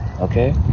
Okay